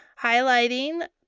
highlighting